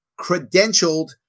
credentialed